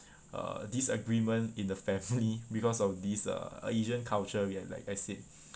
uh disagreement in the family because of this uh asian culture we have like I said